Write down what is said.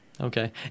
Okay